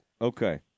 Okay